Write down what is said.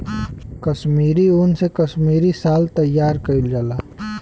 कसमीरी उन से कसमीरी साल तइयार कइल जाला